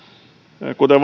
kuten